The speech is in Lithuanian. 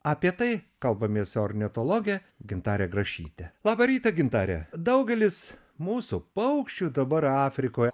apie tai kalbamės su ornitologe gintare grašyte laba ryta gintare daugelis mūsų paukščių dabar afrikoje